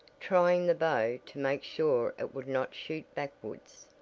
trying the bow to make sure it would not shoot backwards.